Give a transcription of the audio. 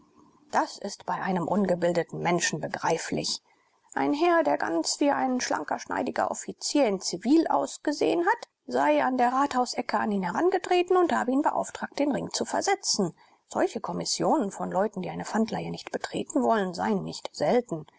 das ist bei einem ungebildeten menschen begreiflich ein herr der ganz wie ein schlanker schneidiger offizier in zivil ausgesehen habe sei an der rathausecke an ihn herangetreten und habe ihn beauftragt den ring zu versetzen solche kommissionen von leuten die eine pfandleihe nicht betreten wollen seien nicht selten